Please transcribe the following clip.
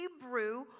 Hebrew